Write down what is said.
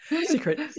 Secret